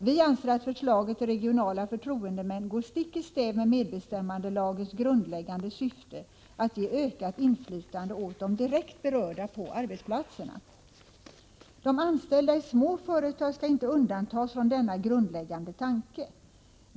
Vi anser att förslaget om regionala förtroendemän går stick i stäv med medbestämmandelagens grundläggande syfte att ge ökat inflytande åt de direkt berörda på arbetsplatserna. De anställda i små företag skall inte undantas från denna grundläggande tanke.